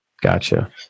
Gotcha